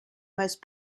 most